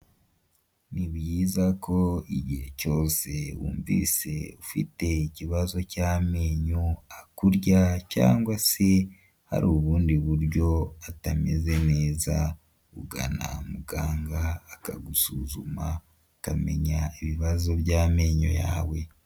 Ni byiza ko igihe cyose wumvise ufite ikibazo cy'amenyo akurya cyangwa se hari ubundi buryo atameze neza, ugana muganga akagusuzuma akamenya ibibazo by'amenyo yawe.